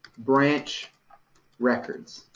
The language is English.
branch records,